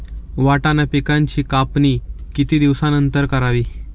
वाटाणा पिकांची कापणी किती दिवसानंतर करावी?